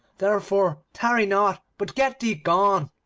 therefore tarry not, but get thee gone